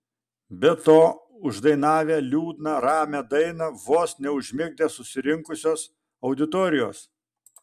be to uždainavę liūdną ramią dainą vos neužmigdė susirinkusios auditorijos